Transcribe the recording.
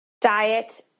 diet